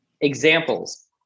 examples